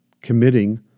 committing